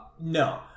no